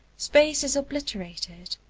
space is obliterated.